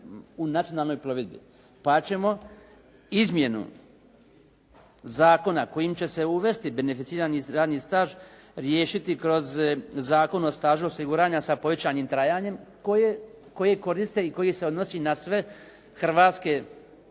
u nacionalnoj plovidbi, pa ćemo izmjenu zakona kojim će se uvesti beneficirani radni staž riješiti kroz Zakon o stažu osiguranja sa povećanim trajanjem koji koriste i koji se odnosi na sve hrvatske